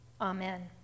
Amen